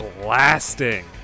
blasting